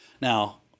Now